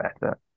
better